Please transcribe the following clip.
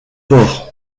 port